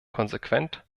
konsequent